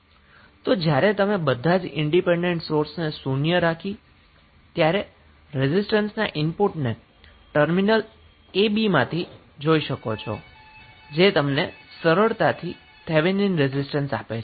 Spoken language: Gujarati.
તો જ્યારે બધા જ ઈન્ડીપેન્ડન્ટ સોર્સને શુન્ય રાખીએ છીએ ત્યારે રેઝિસ્ટન્સના ઈનપુટને ટર્મિનલ a b માંથી જોઈ શકો છો જે તમને સરળતાથી થેવેનિન રેઝિસ્ટન્સ આપે છે